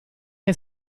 che